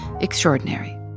extraordinary